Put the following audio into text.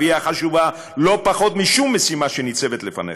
והיא חשובה לא פחות מכל משימה שניצבת לפניך.